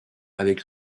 avec